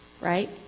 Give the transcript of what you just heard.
right